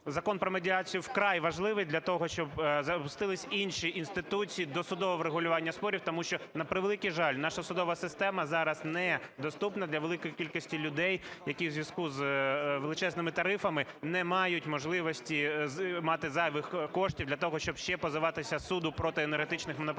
Закон про медіацію вкрай важливий для того, щоб запустилися інші інституції досудового врегулювання спорів, тому що, на превеликий жаль, наша судова система зараз недоступна для великої кількості людей, які в зв'язку з величезними тарифами не мають можливості мати зайвих коштів для того, щоб ще позиватися до суду проти енергетичних монополістів.